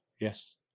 Yes